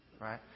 Right